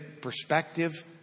perspective